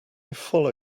follow